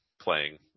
playing